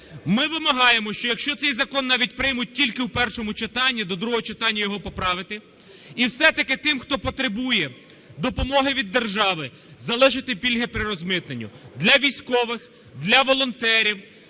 Ми вимагаємо, що якщо цей закон навіть приймуть тільки в першому читанні, до другого читання його поправити. І все-таки тим, хто потребує допомоги від держави, залишити пільги при розмитненні: для військових, для волонтерів,